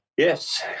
Yes